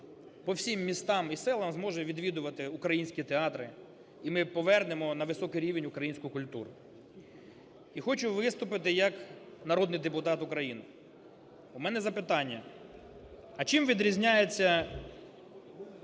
по всім містам і селам зможе відвідувати українські театри, і ми повернемо на високий рівень українську культуру. І хочу виступити як народний депутат України. У мене запитання. А чим відрізняється